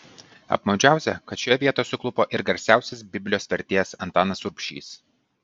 apmaudžiausia kad šioje vietoje suklupo ir garsiausias biblijos vertėjas antanas rubšys